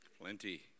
plenty